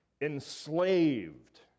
enslaved